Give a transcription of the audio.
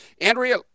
Andrea